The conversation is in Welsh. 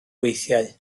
weithiau